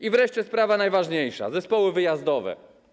I wreszcie sprawa najważniejsza: zespoły wyjazdowe.